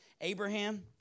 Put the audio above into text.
Abraham